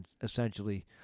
essentially